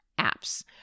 Apps